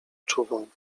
czuwał